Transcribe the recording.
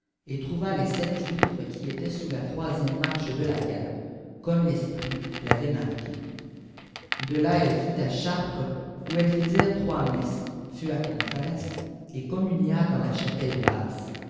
et trouva les sept livres qui étaient sous la troisième marche de la ove comme tesprit fftvait marqué de là elle fut à chartres où elje fît dire trois messes fut à confesse et communia dans la chapelle basse